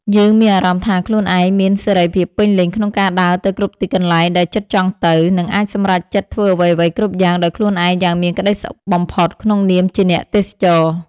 យើងមានអារម្មណ៍ថាខ្លួនឯងមានសេរីភាពពេញលេញក្នុងការដើរទៅគ្រប់ទីកន្លែងដែលចិត្តចង់ទៅ និង អាចសម្រេចចិត្តធ្វើអ្វីៗគ្រប់យ៉ាងដោយខ្លួនឯងយ៉ាងមានក្តីសុខបំផុតក្នុងនាមជាអ្នកទេសចរ។